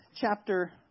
chapter